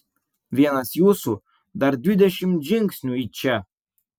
vienas jūsų dar dvidešimt žingsnių į čia